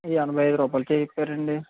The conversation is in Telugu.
ఎనభై అయిదు రూపాయలకే ఇస్తారండి